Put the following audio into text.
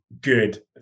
good